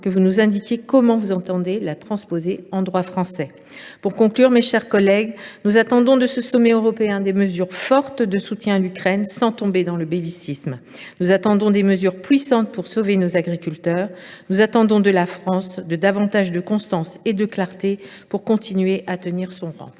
que vous nous indiquiez comment vous entendez la transposer en droit français. Pour conclure, mes chers collègues, j’insiste sur le fait que nous attendons de ce sommet européen des mesures fortes de soutien à l’Ukraine sans pour autant tomber dans le bellicisme ; nous attendons des mesures puissantes pour sauver nos agriculteurs ; nous attendons de la France plus de constance et de clarté pour continuer de tenir son rang